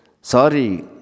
Sorry